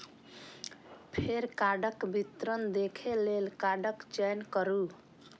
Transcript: फेर कार्डक विवरण देखै लेल कार्डक चयन करू